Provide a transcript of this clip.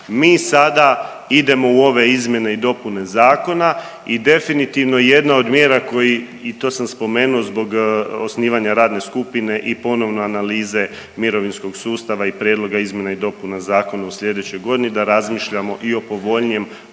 Mi sada idemo u ove izmjene i dopune zakona i definitivno jedna od mjera koji, i to sam spomenuo zbog osnivanja radne skupine i ponovne analize mirovinskog sustava i prijedloga izmjena i dopuna zakona u slijedećoj godini da razmišljamo i o povoljnijem